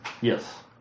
yes